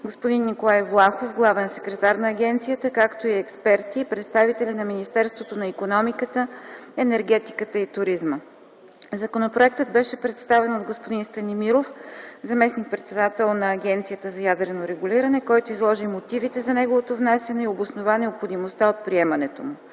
господин Николай Влахов – главен секретар на Агенцията по ядрено регулиране, както и експерти и представители на Министерството на икономиката, енергетиката и туризма. Законопроектът беше представен от господин Станимиров – заместник-председател на Агенцията по ядрено регулиране, който изложи мотивите за неговото внасяне и обоснова необходимостта от приемането му.